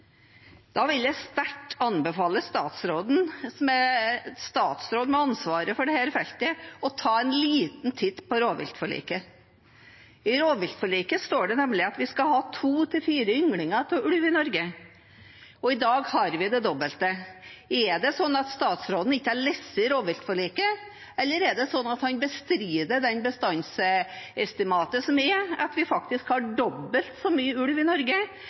Da vil jeg sterkt anbefale statsråden, som er statsråden med ansvaret for dette feltet, å ta en liten titt på rovviltforliket. I rovviltforliket står det nemlig at vi skal ha to til fire ynglinger av ulv i Norge, og i dag har vi det dobbelte. Er det slik at statsråden ikke har lest rovviltforliket, eller er det slik at han bestrider det bestandsestimatet som er – at vi faktisk har dobbelt så mye ulv i Norge